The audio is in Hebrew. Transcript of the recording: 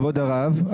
כבוד הרב,